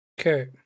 Okay